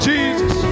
Jesus